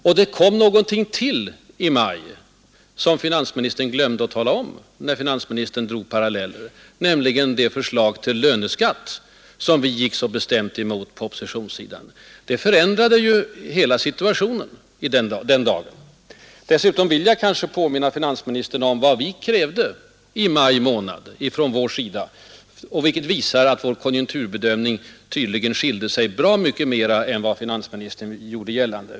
Och det kom någonting till i maj, som finansministern glömde att tala om, när han drog paralleller, nämligen det förslag till löneskatt som vi på oppositionssidan gick bestämt emot. Det förändrade ju hela situationen. Dessutom vill jag påminna finansministern om vad vi krävde i maj månad, vilket visar att vår konjunkturbedömning tydligen skilde sig bra mycket mera från regeringens än vad finansministern gjorde gällande.